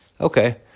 okay